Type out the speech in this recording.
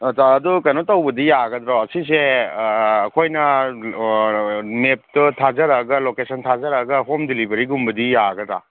ꯑꯆꯥ ꯑꯗꯨ ꯀꯩꯅꯣ ꯇꯧꯕꯗꯤ ꯌꯥꯒꯗ꯭ꯔꯣ ꯁꯤꯁꯦ ꯑꯩꯈꯣꯏꯅ ꯃꯦꯞꯇꯣ ꯊꯥꯖꯔꯛꯑꯒ ꯂꯣꯀꯦꯁꯟ ꯊꯥꯖꯔꯛꯑꯒ ꯍꯣꯝ ꯗꯦꯂꯤꯚꯔꯤꯒꯨꯝꯕꯗꯤ ꯌꯥꯒꯗ꯭ꯔꯥ